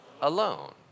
alone